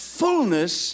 fullness